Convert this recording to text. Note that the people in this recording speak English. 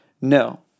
No